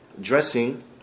dressing